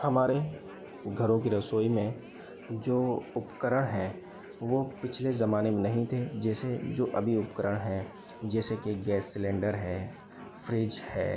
हमारे घरों की रसोई में जो उपकरण हैं वो पिछले जमाने में नहीं थे जैसे जो अभी उपकरण हैं जैसे कि गैस सिलेंडर है फ़्रिज है